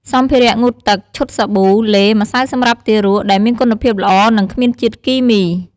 សម្ភារៈងូតទឹក ឈុតសាប៊ូ ឡេ ម្សៅសម្រាប់ទារក ដែលមានគុណភាពល្អ និងគ្មានជាតិគីមី។